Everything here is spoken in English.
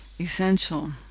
essential